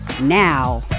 now